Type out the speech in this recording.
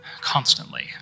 Constantly